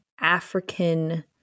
African